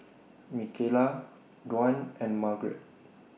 Mikaela Dwan and Margret